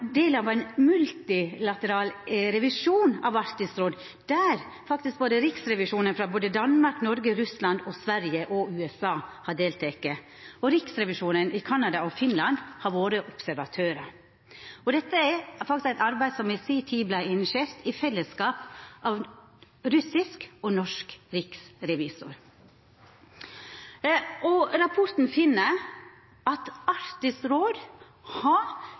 del av ein multilateral revisjon av Arktisk råd, der riksrevisjonane frå både Danmark, Noreg, Russland, Sverige og USA har delteke. Riksrevisjonane i Canada og Finland har vore observatørar. Dette er eit arbeid som i si tid vart initiert i fellesskap av russisk og norsk riksrevisor. Rapporten finn at Arktisk råd har